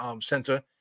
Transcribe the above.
center